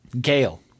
gail